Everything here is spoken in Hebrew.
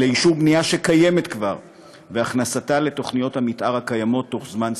קיימת והכנסתה לתוכניות המתאר הקיימות בתוך זמן סביר.